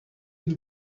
y’u